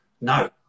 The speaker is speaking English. No